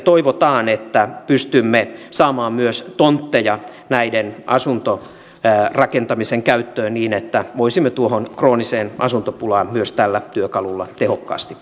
toivotaan että pystymme saamaan myös tontteja asuntorakentamisen käyttöön niin että voisimme tuohon krooniseen asuntopulaan myös tällä työkalulla tehokkaasti puuttua